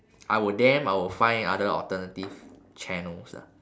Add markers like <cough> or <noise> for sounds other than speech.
<noise> I were them I would find other alternative channels lah